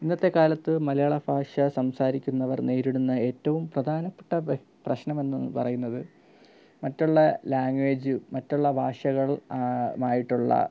ഇന്നത്തെ കാലത്ത് മലയാള ഭാഷ സംസാരിക്കുന്നവർ നേരിടുന്ന ഏറ്റവും പ്രധാനപ്പെട്ട പ്രശ്നമെന്ന് പറയുന്നത് മറ്റുള്ള ലാങ്വേജ് മറ്റുള്ള ഭാഷകളുമായിട്ടുള്ള